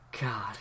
God